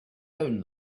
own